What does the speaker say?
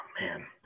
man